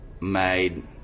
made